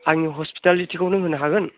आंनो हस्पिटालिटिखौ नों होनो हागोन